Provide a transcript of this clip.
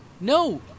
No